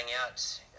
out